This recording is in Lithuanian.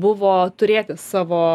buvo turėti savo